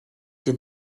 den